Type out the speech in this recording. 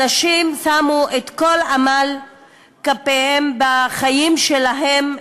אנשים שמו את כל עמל כפיהם בחיים שלהם,